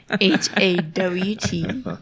H-A-W-T